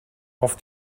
auf